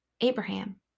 Abraham